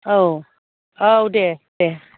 औ औ दे दे